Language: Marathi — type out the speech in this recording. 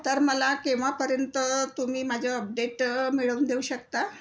तर मला केव्हापर्यंत तुम्ही माझं अपडेट मिळवून देऊ शकता